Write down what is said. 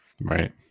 Right